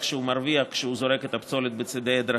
שהוא מרוויח כשהוא זורק את הפסולת בצידי הדרכים.